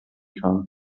kann